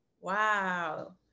wow